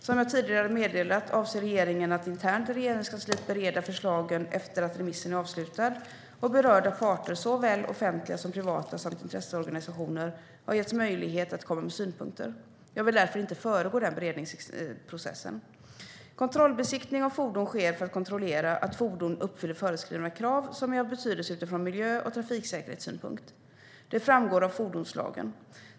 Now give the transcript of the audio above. Som jag tidigare meddelat avser regeringen att internt i Regeringskansliet bereda förslagen efter att remissen är avslutad och berörda parter, såväl offentliga som privata samt intresseorganisationer, har getts möjlighet att komma med synpunkter. Jag vill därför inte föregå den beredningsprocessen. Kontrollbesiktning av fordon sker för att kontrollera att fordon uppfyller föreskrivna krav som är av betydelse utifrån miljö och trafiksäkerhetssynpunkt. Det framgår av fordonslagen.